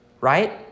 right